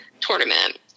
tournament